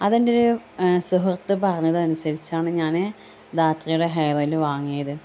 അതെൻറ്റൊരു സുഹൃത്ത് പറഞ്ഞതനുസരിച്ചാണ് ഞാന് ധാത്രിയുടെ ഹെയറോയിൽ വാങ്ങിയത്